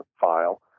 file